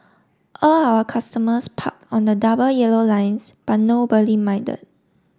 all our customers parked on the double yellow lines but nobody minded